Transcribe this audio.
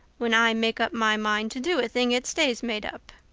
when i make up my mind to do a thing it stays made up.